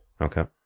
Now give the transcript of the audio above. Okay